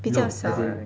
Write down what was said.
比较小